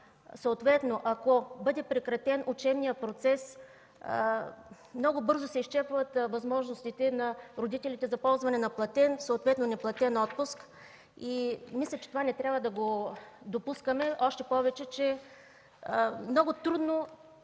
села ако бъде прекратен учебният процес, много бързо се изчерпват възможностите на родителите да ползват платен, съответно неплатен отпуск. Мисля, че това не трябва да го допускаме. Още повече, че много трудно